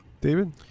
David